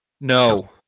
No